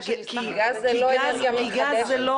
כי גז הוא לא אנרגיה מתחדשת.